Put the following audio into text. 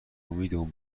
امیدمون